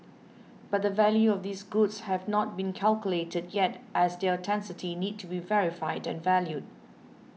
but the value of these goods have not been calculated yet as their authenticity need to be verified and valued